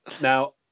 now